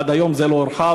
ועד היום זה לא הורחב.